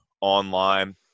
online